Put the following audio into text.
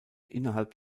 innerhalb